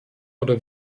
oder